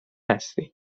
هستی